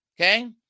okay